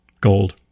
gold